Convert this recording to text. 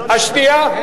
הוסרו.